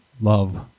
love